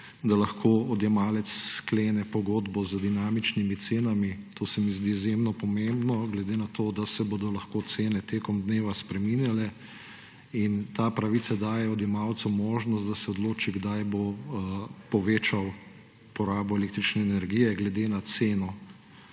da lahko odjemalec sklene pogodbo z dinamičnimi cenami – to se mi zdi izjemno pomembno, glede na to, da se bodo lahko cene tekom dneva spreminjale. Ta pravica daje odjemalcu možnost, da se odloči, kdaj bo povečal porabo električne energije glede na ceno;